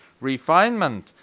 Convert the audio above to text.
Refinement